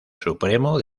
supremo